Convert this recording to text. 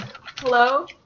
Hello